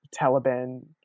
Taliban